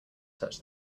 touch